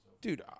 Dude